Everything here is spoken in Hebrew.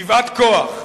גבעת-כ"ח,